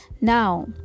now